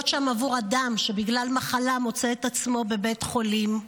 להיות שם עבור אדם שבגלל מחלה מוצא את עצמו בבית חולים,